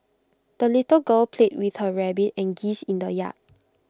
the little girl played with her rabbit and geese in the yard